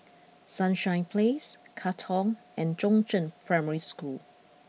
Sunshine Place Katong and Chongzheng Primary School